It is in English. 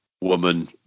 woman